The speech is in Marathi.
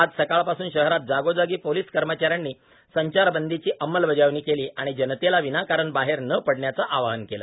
आज सकाळपासूनच शहरात जागोजागी पोलिस कर्मचाऱ्यांनी संचार बंदीची अंमलबजावणी केली आणि जनतेला विनाकारण बाहेर न पडण्याचे आवाहन केले